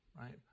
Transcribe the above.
Right